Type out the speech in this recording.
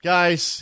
Guys